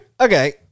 okay